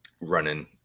running